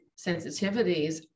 sensitivities